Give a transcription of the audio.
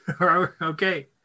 Okay